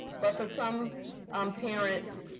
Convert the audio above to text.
but for some um parents,